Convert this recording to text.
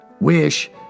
wish